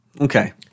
Okay